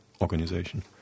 organization